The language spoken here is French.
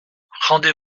rendez